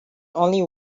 only